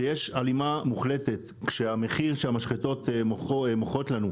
שיש הלימה מוחלטת כשהמחיר שהמשחטות מוכרות לנו.